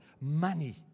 money